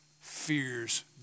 fears